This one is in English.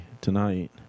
tonight